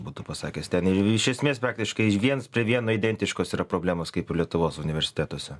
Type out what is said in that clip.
būtų pasakęs ten iš esmės praktiškai viens prie vieno identiškos yra problemos kaip ir lietuvos universitetuose